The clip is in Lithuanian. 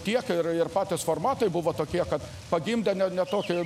tiek ir ir patys formatai buvo tokie kad pagimdė ne ne tokį